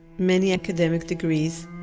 many academic degrees,